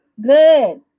good